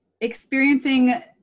experiencing